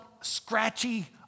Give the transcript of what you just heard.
scratchy